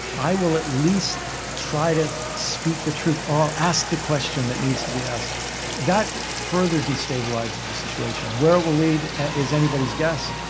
i will at least try to speak the truth or i'll ask the question that needs to be asked that further destabilizes the situation. where it will lead is anybody's guess.